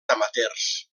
amateurs